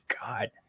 God